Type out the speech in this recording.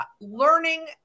learning